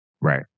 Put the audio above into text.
Right